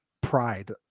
pride